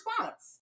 response